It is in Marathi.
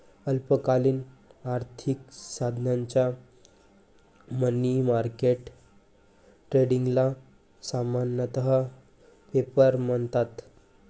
अल्पकालीन आर्थिक साधनांच्या मनी मार्केट ट्रेडिंगला सामान्यतः पेपर म्हणतात